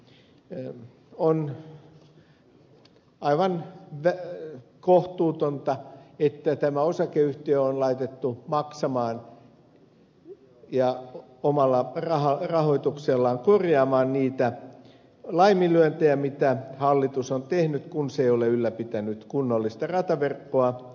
on aivan kohtuutonta että tämä osakeyhtiö on laitettu maksamaan ja omalla rahoituksellaan korjaamaan niitä laiminlyöntejä mitä hallitus on tehnyt kun se ei ole ylläpitänyt kunnollista rataverkkoa